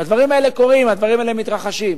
הדברים האלה קורים, הדברים האלה מתרחשים.